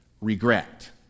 regret